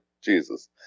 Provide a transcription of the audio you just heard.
Jesus